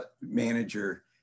manager